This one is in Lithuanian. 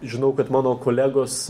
žinau kad mano kolegos